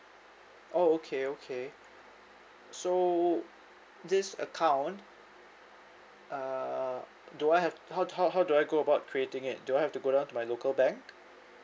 oh okay okay so this account uh do I have how to how how do I go about creating it do I have to go down to my local bank